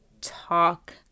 talk